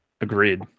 Agreed